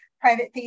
private